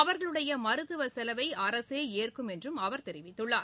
அவர்களுடைய மருத்துவ செலவை அரசே ஏற்கும் என்றும் அவர் தெரிவித்துள்ளார்